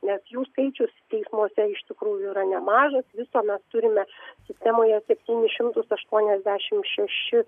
nes jų skaičius teismuose iš tikrųjų yra nemažas viso mes turime sistemoje septynis šimtus aštuoniasdešimt šešis